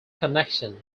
connection